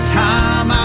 time